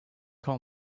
call